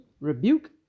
Rebuke